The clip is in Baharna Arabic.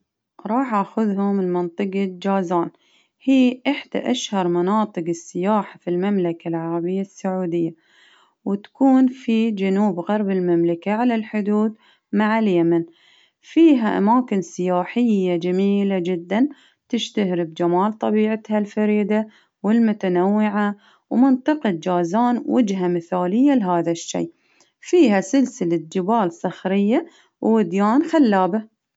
راح اخذهم من منطقة جازون، هي إحدى أشهر مناطق السياحة في المملكة العربية السعودية، وتكون في جنوب غرب المملكة على الحدود مع اليمن، فيها أماكن سياحية جميلة جدا، تشتهر بجمال طبيعتها الفريدة، والمتنوعة، ومنطقة جازان وجهة مثالية لهذا الشي، فيها سلسلة جبال صخرية ووديان خلابة.